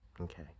Okay